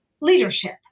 leadership